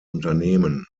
unternehmen